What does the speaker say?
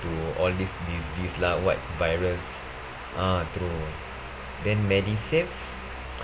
to all this disease lah what virus ah true then medisave